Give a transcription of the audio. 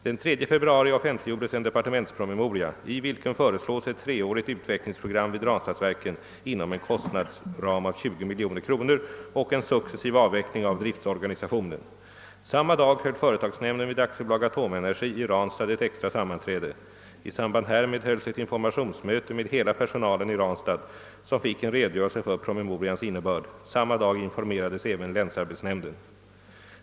Den 3 februari offentliggjordes en departementspromemoria, i vilken föreslås ett treårigt utvecklingsprogram vid Ranstadsverket inom en kostnadsram av 20 milj.kr. och en successiv avveckling av driftsorganisationen. Samma dag höll företagsnämnden vid AB Atomenergi i Ranstad ett extra sammanträde. I samband härmed hölls ett informationsmöte med hela personalen i Ranstad, som fick en redogörelse för promemorians innebörd. Samma dag informerades även länsarbetsnämnden.